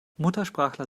muttersprachler